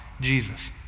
Jesus